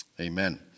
Amen